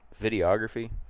videography